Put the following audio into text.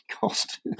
cost